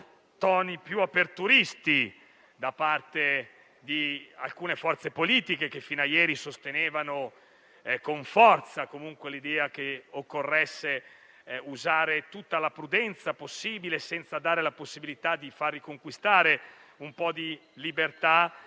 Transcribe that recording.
e più aperturisti, da parte di alcune forze politiche, che fino a ieri sostenevano con forza l'idea che occorresse usare tutta la prudenza possibile, senza dare la possibilità di riconquistare un po' di libertà